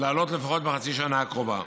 לעלות לפחות בחצי השנה הקרובה.